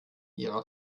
ihrer